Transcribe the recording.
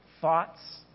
thoughts